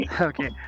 Okay